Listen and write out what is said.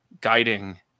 guiding